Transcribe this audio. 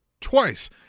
Twice